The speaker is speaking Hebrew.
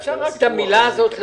זה עוד --- אפשר את המילה הזאת להוריד.